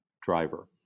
driver